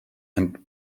and